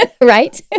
right